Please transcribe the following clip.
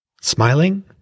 Smiling